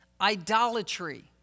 idolatry